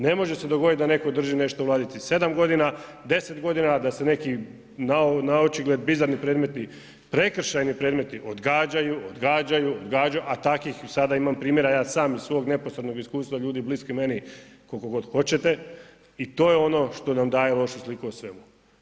Ne može se dogodit da netko drži nešto u ladici 7 g., 10 g., a da se neki naočigled bizarni predmeti, prekršajni predmeti odgađaju, odgađaju, odgađaju a takvih sada imam primjera ja sam iz svog neposrednog iskustva ljudi bliski meni, koliko god hoćete i to je ono što nam daje lošu sliku o svemu.